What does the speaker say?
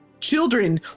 Children